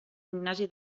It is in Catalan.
ignasi